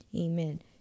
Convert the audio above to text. Amen